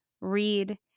read